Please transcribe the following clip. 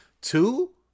Two